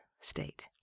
state